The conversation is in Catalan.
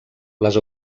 les